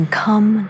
come